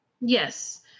Yes